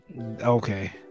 Okay